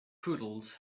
poodles